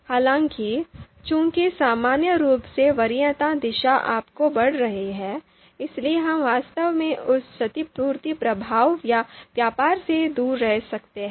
हालांकि चूंकि सामान्य रूप से वरीयता दिशा आपको बढ़ रही है इसलिए हम वास्तव में उस क्षतिपूर्ति प्रभाव या व्यापार से दूर रह सकते हैं